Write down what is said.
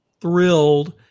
thrilled